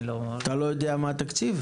אתה לא יודע מה התקציב?